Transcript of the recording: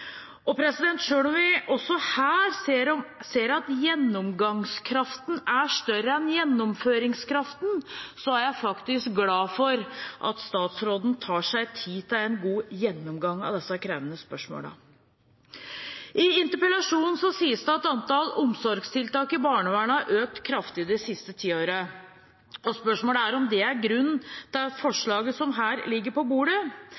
om vi også her ser at gjennomgangskraften er større enn gjennomføringskraften, er jeg faktisk glad for at statsråden tar seg tid til en god gjennomgang av disse krevende spørsmålene. I interpellasjonen sies det at antall omsorgstiltak i barnevernet har økt kraftig det siste tiåret. Spørsmålet er om det er grunnen til det forslaget som her ligger på bordet.